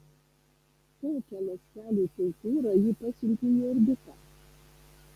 kokią ląstelių kultūrą ji pasiuntė į orbitą